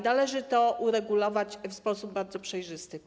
Należy to uregulować w sposób bardzo przejrzysty.